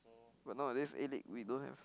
but nowadays A-League we don't have